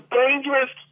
dangerous